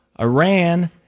Iran